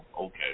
okay